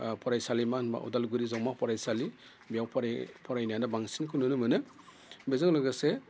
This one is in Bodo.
फरायसालिमा होनबा अदालगुरि जौमा फरायसालि बेयाव फरायनायानो बांसिनखौ नुनो मोनो बेजों लोगोसे